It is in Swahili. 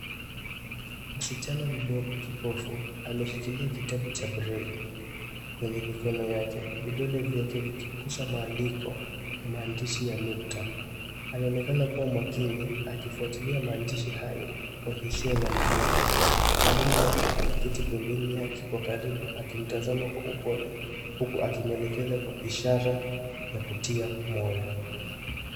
Msichana mdogo kipofu, ameshikilia kitabu cha braille, kwenye mikono yake. Vidole vyake vikigusa maandiko na maandishi ya nukta. Anaonekana kuwa makini, akifuatilia maandishi hayo kwa hisia za mguzo. Mwalimu wake ameketi pembeni yake kwa karibu akimtazama kwa upole, huku akimwelekeza kwa ishara ya kutia moyo.